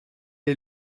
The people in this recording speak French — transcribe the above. est